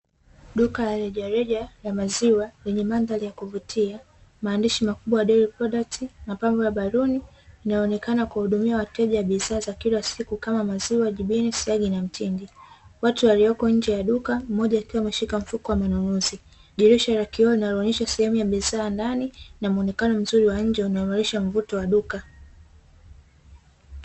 Duka la rejereja la maziwa lenye mandhari ya kuvutia, maandishi makubwa ya "dayari prodakti" mapambo ya baluni yanaonekana kuwahudumia wateja wa bidhaa, za kila siku kama maziwa, jibini, siagi na mtindi, watu walioko nje ya duka mmoja akiwa ameshika mfuko wa manunuzi, dirisha la kioo linaloonyesha sehemu ya bidhaa ndani na muonekano mzuri wa nje unaboresha uzuri wa duka.